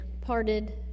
parted